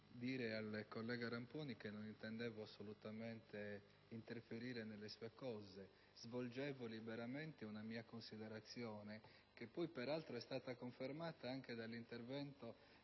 dire al collega Ramponi che non intendevo assolutamente interferire nelle sue cose: svolgevo liberamente una mia considerazione, che poi, peraltro, è stata confermata anche dall'intervento